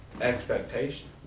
expectation